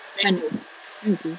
man~ mango